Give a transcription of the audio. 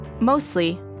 mostly